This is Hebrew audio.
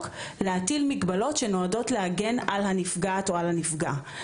להטיל מגבלות שנועדו להגן על הנפגעת או על הנפגע.